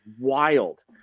wild